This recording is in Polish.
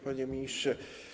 Panie Ministrze!